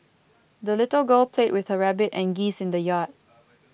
the little girl played with her rabbit and geese in the yard